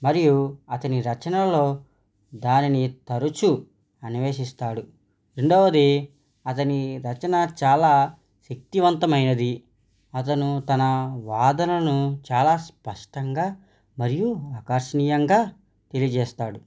మరియు అతని రచనలలో దానిని తరచూ అన్వేషిస్తాడు రెండవది అతని రచన చాలా శక్తివంతమైనది అతను తన వాదనను చాలా స్పష్టంగా మరియు ఆకర్షణీయంగా తెలియజేస్తాడు